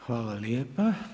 Hvala lijepa.